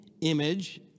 image